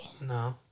No